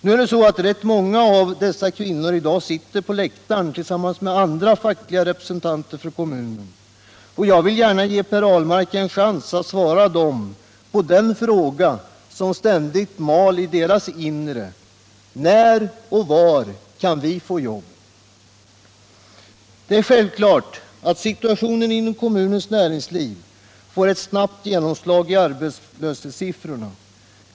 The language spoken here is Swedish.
Nu är det så att rätt många av dessa kvinnor sitter på läktaren tillsammans med andra fackliga representanter från kommunen, och jag vill gärna ge Per Ahlmark en chans att svara dem på den fråga som ständigt mal i deras inre: När och var kan vi få jobb? Det är självklart att situationen inom kommunens näringsliv snabbt får ett genomslag i arbetslöshetssiffrorna.